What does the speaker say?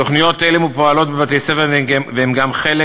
תוכניות אלה פועלות בבתי-הספר והן גם חלק